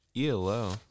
ELO